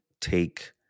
take